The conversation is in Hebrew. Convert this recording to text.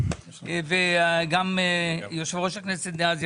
וגם יושב-ראש הכנסת דאז,